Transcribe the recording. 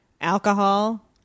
alcohol